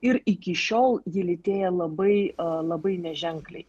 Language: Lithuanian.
ir iki šiol ji lėtėja labai labai neženkliai